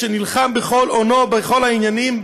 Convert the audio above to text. שנלחם בכל אונו בכל העניינים,